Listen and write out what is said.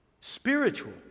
spiritual